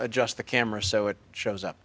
just the camera so it shows up